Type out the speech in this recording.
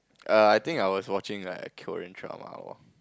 err I think I was watching like a Korean drama or what